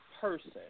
person